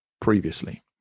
previously